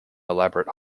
elaborate